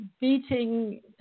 beating